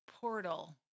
Portal